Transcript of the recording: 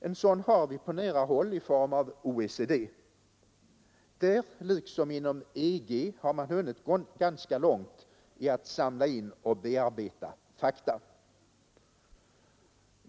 En sådan har vi på nära håll i form av OECD. Där liksom inom EG har man hunnit ganska långt med att samla in och bearbeta fakta.